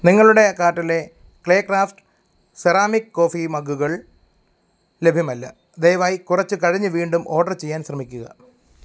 നിങ്ങളുടെ കാർട്ടിലെ clay craft ceramic coffee മഗ്ഗുകൾ ലഭ്യമല്ല ദയവായി കുറച്ചു കഴിഞ്ഞ് വീണ്ടും ഓഡറ് ചെയ്യാൻ ശ്രമിക്കുക